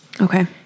Okay